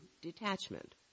detachment